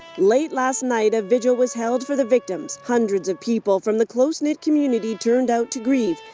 late last night, a vigil was held for the victims. hundreds of people from the close knit community turned out to grieve.